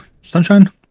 Sunshine